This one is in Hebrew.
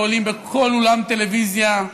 ובכל אולם טלוויזיה,